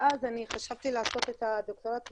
ואז חשבתי לעשות את הדוקטורט,